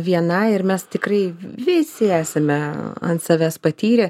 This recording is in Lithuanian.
viena ir mes tikrai vi visi esame ant savęs patyrę